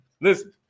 Listen